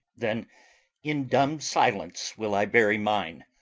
then in dumb silence will i bury mine,